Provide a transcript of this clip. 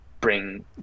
bring